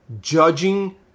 judging